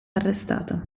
arrestato